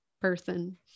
person